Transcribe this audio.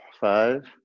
Five